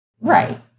Right